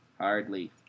Hardly